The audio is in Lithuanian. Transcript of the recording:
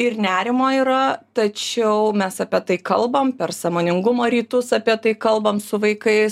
ir nerimo yra tačiau mes apie tai kalbam per sąmoningumo rytus apie tai kalbam su vaikais